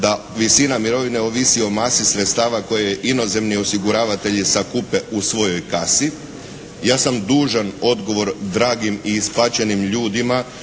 da visina mirovine ovisi o masi sredstava koje inozemni osiguravatelji sakupe u svojoj kasi. Ja sam dužan odgovor dragim i ispaćenim ljudima